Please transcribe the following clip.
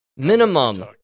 Minimum